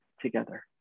together